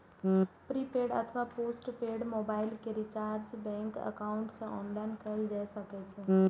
prepaid अथवा postpaid mobile के recharge bank account सं ऑनलाइन कैल जा सकै छै